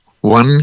one